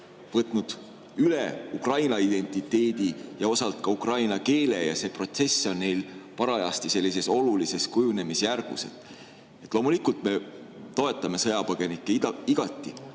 võtnud üle ukraina identiteedi ja osalt ka ukraina keele ning see protsess on neil parajasti sellises olulises kujunemisjärgus. Loomulikult me toetame sõjapõgenikke igati,